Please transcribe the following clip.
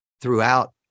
throughout